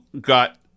got